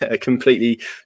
completely